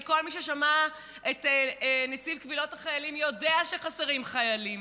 כל מי ששמע את נציב קבילות החיילים יודע שחסרים חיילים.